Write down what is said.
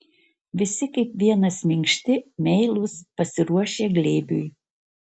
visi kaip vienas minkšti meilūs pasiruošę glėbiui